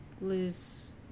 lose